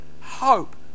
hope